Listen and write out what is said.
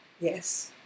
Yes